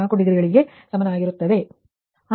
4 ಡಿಗ್ರಿಗಳಿಗೆ ಸಮಾನವಾಗಿರುತ್ತದೆ